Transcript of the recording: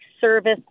service